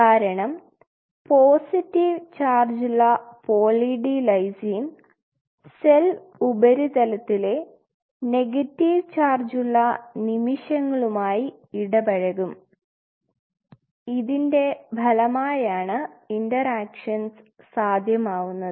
കാരണം പോസിറ്റീവ് ചാർജുള്ള poly D lysine cell ഉപരിതലത്തിലെ നെഗറ്റീവ് ചാർജുള്ള നിമിഷങ്ങളുമായി ഇടപഴകും ഇതിൻറെ ഫലമായാണ് ഇൻറർആക്ഷൻസ് സാധ്യമാവുന്നത്